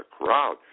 crowd